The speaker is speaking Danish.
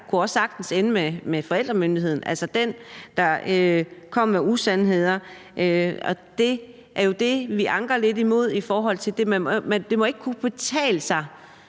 her, også sagtens kunne ende med at få forældremyndigheden, altså den, der kom med usandheder. Og det er jo det, vi anker lidt over, i forhold til at det ikke må kunne betale sig